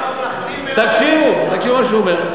תקשיבו למה שהוא אומר.